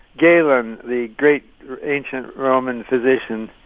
galen, the great ancient roman physician,